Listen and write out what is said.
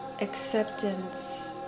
acceptance